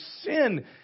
sin